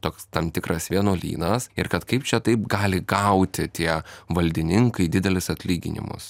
toks tam tikras vienuolynas ir kad kaip čia taip gali gauti tie valdininkai didelius atlyginimus